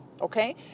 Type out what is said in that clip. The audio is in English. okay